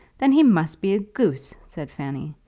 then he must be a goose, said fanny.